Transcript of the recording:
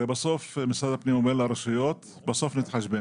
הרי משרד הפנים אומר לרשויות: בסוף נתחשבן.